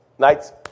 Nights